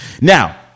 Now